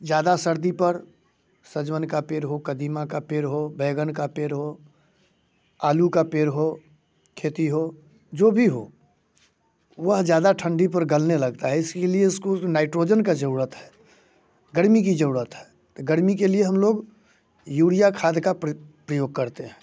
ज़्यादा सर्दी पर सजवन का पेड़ हो कदीमा का पेड़ हो बैगन का पेड़ हो आलू का पेड़ हो खेती हो जो भी हो वह ज़्यादा ठंडी पर गलने लगता है इसीलिए उसको नाइट्रोजन का जरूरत है गर्मी की जरूरत है तो गर्मी के लिए हम लोग यूरिया खाद का प्रयोग करते हैं